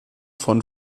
von